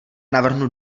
navrhnu